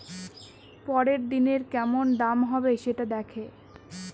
পরের দিনের কেমন দাম হবে, সেটা দেখে